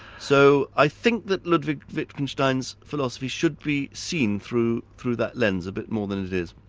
so i think that ludwig wittgenstin's philosophy should be seen through through that lens a bit more than it is.